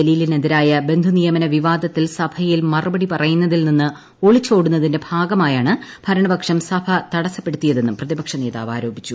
ജലീലിനെതിരായ ബന്ധുനിയമന വിവാദത്തിൽ സഭയിൽ മറുപടി പറയുന്നതിൽ നിന്നും ഒളിച്ചോടുന്നതിന്റെ ഭാഗമായാണ് ഭരണപക്ഷം സഭ തടസപ്പെടുത്തിയതെന്നും പ്രതിപക്ഷ നേതാവ് ആരോപിച്ചു